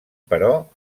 però